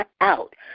out